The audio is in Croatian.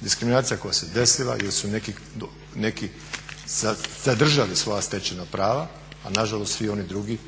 Diskriminacija koja se desila jel su neki zadržali svoja stečena prava, a nažalost svi oni drugi